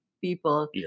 people